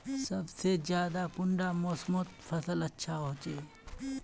सबसे ज्यादा कुंडा मोसमोत फसल अच्छा होचे?